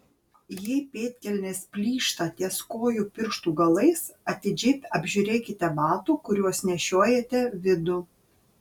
jei pėdkelnės plyšta ties kojų pirštų galais atidžiai apžiūrėkite batų kuriuos nešiojate vidų